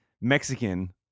Mexican